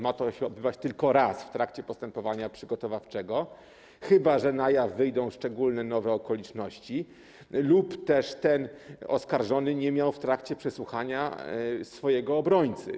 Ma to się odbywać tylko raz w trakcie postępowania przygotowawczego, chyba że na jaw wyjdą szczególne nowe okoliczności lub też oskarżony nie miał w trakcie przesłuchania swojego obrońcy.